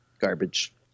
garbage